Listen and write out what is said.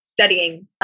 studying